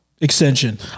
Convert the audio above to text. extension